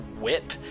whip